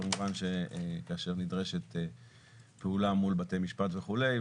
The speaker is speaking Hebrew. כמובן שכאשר נדרשת פעולה מול בתי משפט וכולי,